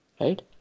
right